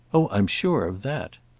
oh i'm sure of that!